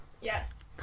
Yes